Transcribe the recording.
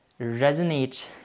resonate